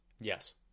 Yes